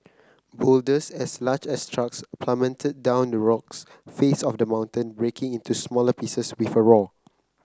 boulders as large as trucks plummeted down the rocks face of the mountain breaking into smaller pieces with a roar